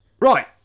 Right